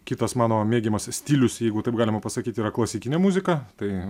kitas mano mėgiamas stilius jeigu taip galima pasakyt yra klasikinė muzika tai